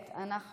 חוק